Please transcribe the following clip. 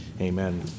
Amen